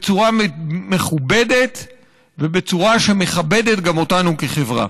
בצורה מכובדת ובצורה שמכבדת גם אותנו כחברה.